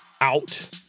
out